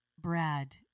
Brad